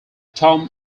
tom